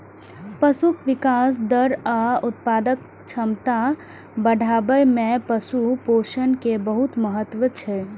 पशुक विकास दर आ उत्पादक क्षमता बढ़ाबै मे पशु पोषण के बहुत महत्व छै